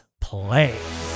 play